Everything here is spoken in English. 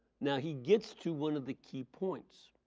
now he gets to one of the key points.